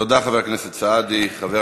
תודה, חבר הכנסת סעדי.